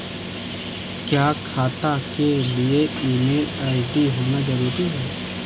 क्या खाता के लिए ईमेल आई.डी होना जरूरी है?